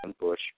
Bush